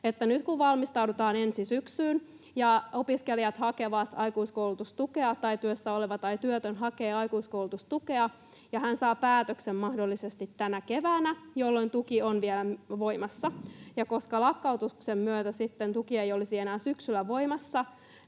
nyt valmistaudutaan ensi syksyyn ja opiskelijat hakevat aikuiskoulutustukea tai työssä oleva tai työtön hakee aikuiskoulutustukea ja hän saa päätöksen mahdollisesti tänä keväänä, jolloin tuki on vielä voimassa. Koska lakkautuksen myötä sitten tuki ei olisi enää syksyllä voimassa,